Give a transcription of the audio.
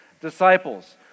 disciples